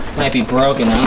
might be broken.